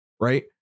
right